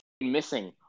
missing